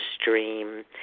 stream